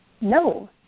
No